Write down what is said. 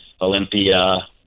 Olympia